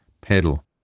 Pedal